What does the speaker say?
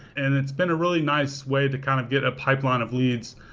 and it's been a really nice way to kind of get a pipeline of leads.